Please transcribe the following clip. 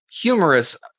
humorous